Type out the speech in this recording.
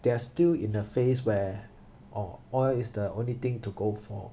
they are still in a phase where orh oil is the only thing to go for